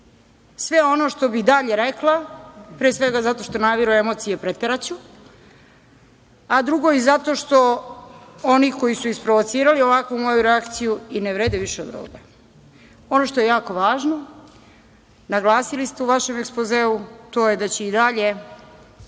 sve ono što bih dalje rekla, pre svega zato što naviru emocije, preteraću, a drugo i zato što oni koji su isprovocirali ovakvu moju reakciju i ne vrede više od ovoga. Ono što je jako važno, naglasili ste u vašem ekspozeu, to je da će i dalje